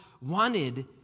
wanted